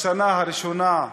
בשנה הראשונה,